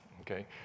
okay